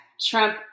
Trump